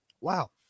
Wow